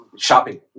shopping